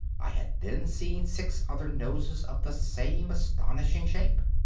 i had then seen six other noses of the same astonishing shape.